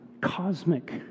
cosmic